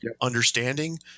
understanding